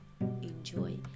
enjoy